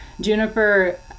Juniper